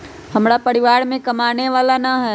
हमरा परिवार में कमाने वाला ना है?